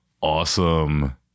awesome